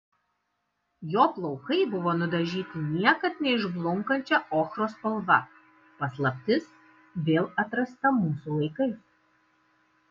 jo plaukai buvo nudažyti niekad neišblunkančia ochros spalva paslaptis vėl atrasta mūsų laikais